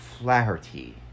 Flaherty